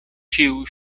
ĉiu